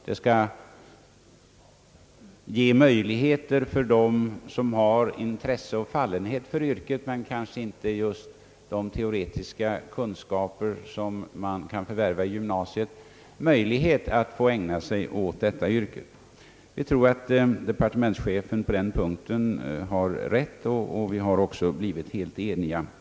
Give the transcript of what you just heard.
De som har intresse och fallenhet för yrket men kanske inte just de teoretiska kunskaper, som meddelas i gymnasiet, får därigenom möjlighet att ägna sig åt detta yrke. Vi tror att departementschefen på den punkten har rätt, och vi har även blivit helt eniga därvidlag.